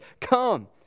come